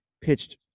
pitched